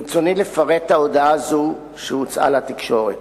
ברצוני לפרט את ההודעה הזאת שהוצאה לתקשורת.